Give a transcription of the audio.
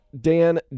Dan